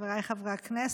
חבריי חברי הכנסת,